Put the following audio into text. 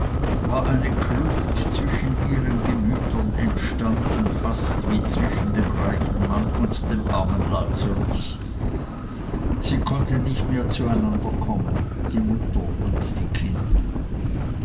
war eine kluft zwischen ihren gemütern entstanden fast wie zwischen dem reichen mann und dem armen lazarus sie konnten nicht mehr zu einander kommen die mutter und die kinder